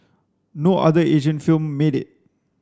no other Asian film made it